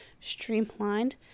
streamlined